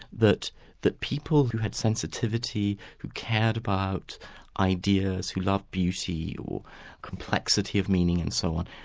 that that people who had sensitivity, who cared about ideas, who loved beauty, or complexity of meaning and so on,